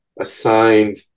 assigned